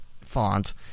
font